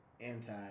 anti